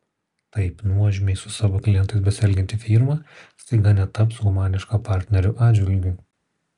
taip nuožmiai su savo klientais besielgianti firma staiga netaps humaniška partnerių atžvilgiu